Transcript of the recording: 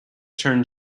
turned